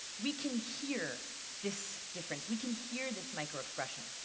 we can hear this difference. we can hear this microexpression.